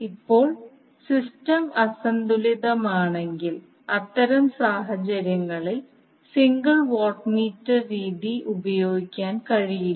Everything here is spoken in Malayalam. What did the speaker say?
ഇപ്പോൾ സിസ്റ്റം അസന്തുലിതമാണെങ്കിൽ അത്തരം സാഹചര്യങ്ങളിൽ സിംഗിൾ വാട്ട് മീറ്റർ രീതി ഉപയോഗിക്കാൻ കഴിയില്ല